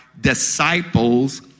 disciples